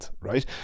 right